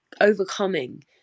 overcoming